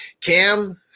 Cam